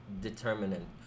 determinant